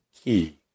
key